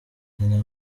nyina